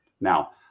now